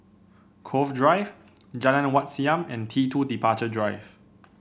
Cove Drive Jalan Wat Siam and T two Departure Drive